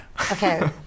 Okay